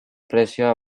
presio